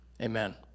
Amen